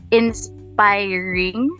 inspiring